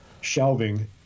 shelving